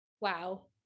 Wow